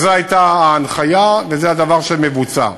זו הייתה ההנחיה, וזה הדבר שמבוצע.